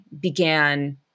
began